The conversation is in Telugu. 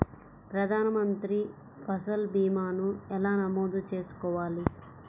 ప్రధాన మంత్రి పసల్ భీమాను ఎలా నమోదు చేసుకోవాలి?